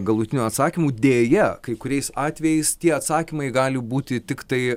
galutinių atsakymų deja kai kuriais atvejais tie atsakymai gali būti tiktai